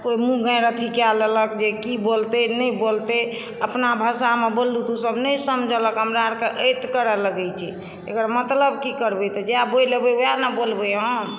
कोइ मुँह गाँरि अथी कए लेलक जे की बोलतै नहि बोलतै अपना भाषामे बोललू तऽ ओ सब नहि समझलक हमरा आरके ऐत करऽ लगै छै एकर मतलब की करबै तऽ जएह बोलि एबै वएह ने बोलबै हम